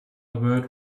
word